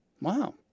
Wow